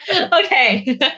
Okay